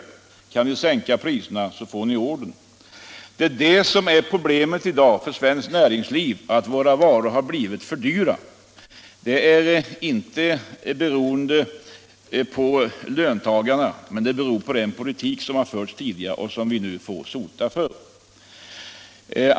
Kan ni sänka priserna får ni ordern, sade man. Problemet i dag för svenskt näringsliv är att våra varor har blivit för dyra. Det beror inte på löntagarna utan på den politik som har förts tidigare och som vi nu får sota för.